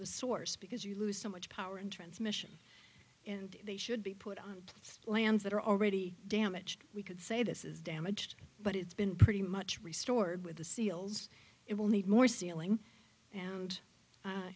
the source because you lose so much power in transmission and they should be put on lands that are already damaged we could say this is damaged but it's been pretty much restored with the seals it will need more sealing and a